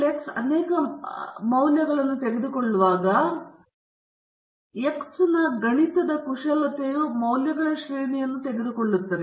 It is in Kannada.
X ಅನೇಕ ಮೌಲ್ಯಗಳನ್ನು ತೆಗೆದುಕೊಳ್ಳುವಾಗ X ಯ ಗಣಿತದ ಕುಶಲತೆಯು ಮೌಲ್ಯಗಳ ಶ್ರೇಣಿಯನ್ನು ತೆಗೆದುಕೊಳ್ಳುತ್ತದೆ